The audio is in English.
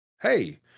Hey